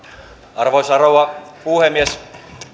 arvoisa rouva puhemies